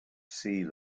sea